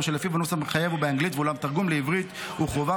שלפיו הנוסח המחייב הוא באנגלית ואולם תרגום לעברית הוא חובה